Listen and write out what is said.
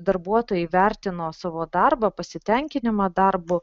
darbuotojai vertino savo darbą pasitenkinimą darbu